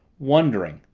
wondering,